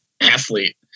athlete